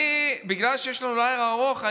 בגלל שיש לנו לילה ארוך,